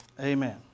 Amen